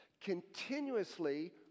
Continuously